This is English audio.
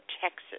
Texas